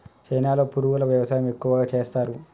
చైనాలో పురుగుల వ్యవసాయం ఎక్కువగా చేస్తరు